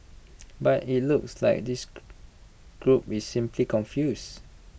but IT looks like this group is simply confuse